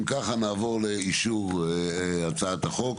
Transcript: אם ככה, נעבור לאישור הצעת החוק: